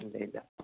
ഇല്ല ഇല്ല